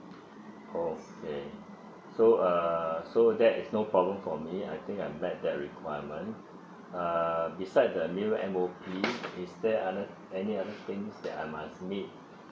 okay so uh so that is no problem for me I think I'm met that requirement err beside the new M_O_P is there other any other things that I must meet